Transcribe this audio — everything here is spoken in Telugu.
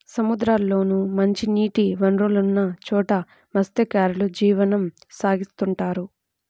సముద్రాల్లోనూ, మంచినీటి వనరులున్న చోట మత్స్యకారులు జీవనం సాగిత్తుంటారు